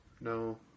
No